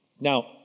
Now